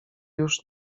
już